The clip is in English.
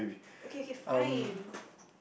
okay okay fine